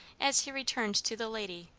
as he returned to the lady,